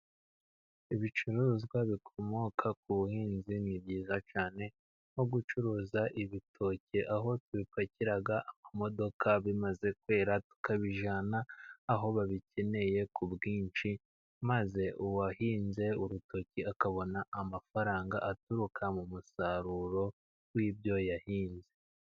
Ibicuruzwa bikomoka ku buhinzi ni byiza cyane, nko gucuruza ibitoki aho tubipakira imodoka bimaze kwera tukabijyana aho babikeneye ku bwinshi, maze uwahinze urutoki akabona amafaranga aturuka mu musaruro w'ibyo yahinze.